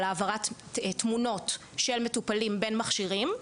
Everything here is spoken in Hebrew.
על העברת תמונות של מטופלים בין מכשירים,